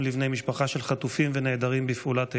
לבני משפחה של חטופים ונעדרים בפעולת איבה,